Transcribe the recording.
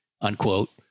unquote